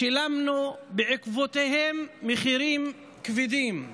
שילמנו בעקבותיהן מחירים כבדים.